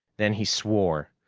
then he swore.